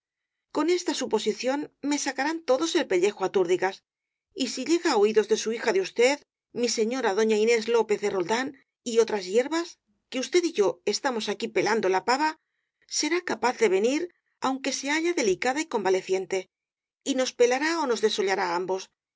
con esta suposición me sacarán todos el pellejo á túr digas y si llega á oídos de su hija de usted mi se ñora doña inés lópez de roldán y otras hierbas que usted y yo estamos aquí pelando la pava será capaz de venir aunque se halla delicada y convaieciente y nos pelará ó nos desollará á ambos